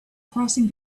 crossing